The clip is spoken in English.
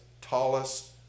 tallest